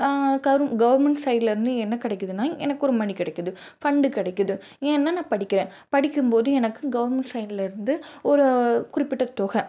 கரும் கவுர்மெண்ட் சைட்லேருந்து என்ன கிடைக்கிதுன்னா எனக்கொரு மனி கிடைக்கிது ஃபண்டு கிடைக்கிது ஏன்னா நான் படிக்கிறேன் படிக்கும்போது எனக்கு கவுர்மெண்ட் சைட்லேருந்து ஒரு குறிப்பிட்ட தொகை